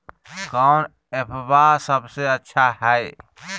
कौन एप्पबा सबसे अच्छा हय?